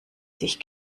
sich